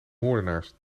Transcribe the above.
moordenaars